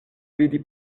vidi